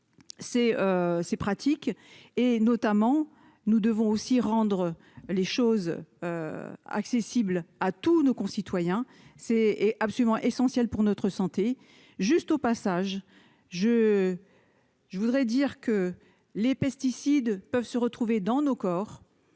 ces pratiques et, notamment, nous devons aussi rendre les choses accessible à tous nos concitoyens, c'est est absolument essentiel pour notre santé, juste au passage je je voudrais dire que les pesticides peuvent se retrouver dans nos corps